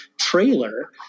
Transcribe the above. trailer